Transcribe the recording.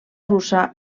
russa